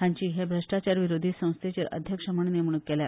हांची हे भ्रष्टाचार विरोधी संस्थेचेर अध्यक्ष म्हूण नेमणूक केल्या